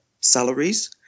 salaries